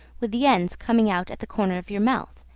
with the ends coming out at the corner of your mouth,